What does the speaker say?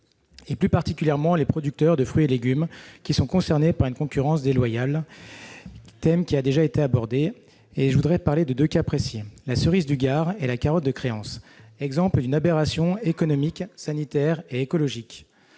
plus particulièrement aux producteurs de fruits et légumes, qui sont touchés par une concurrence déloyale. Ce thème a déjà été abordé, mais je voudrais parler de deux cas précis : la cerise du Gard et la carotte de Créances, exemples d'une aberration économique, sanitaire et écologique.